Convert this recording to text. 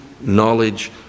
knowledge